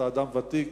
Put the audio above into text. אתה אדם ותיק,